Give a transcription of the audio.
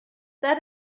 that